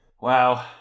Wow